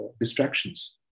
distractions